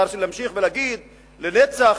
אפשר להמשיך ולהגיד: לנצח,